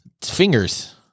fingers